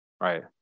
Right